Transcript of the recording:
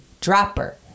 dropper